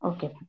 Okay